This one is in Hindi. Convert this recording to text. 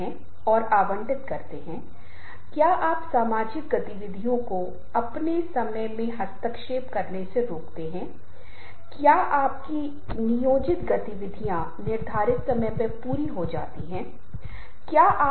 पहली 3 चीजें जिन पर हम ध्यान केंद्रित करने जा रहे हैं वे होंगे audition organisation the presentation and voice and language लेकिन इससे पहले कि हम उस पर आगे बढ़ें हम यह समझने की कोशिश करेंगे कि प्रस्तुति से हमारा वास्तव में क्या मतलब है